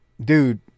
Dude